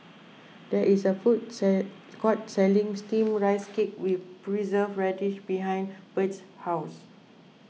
there is a food sell court selling Steamed Rice Cake with Preserved Radish behind Bird's house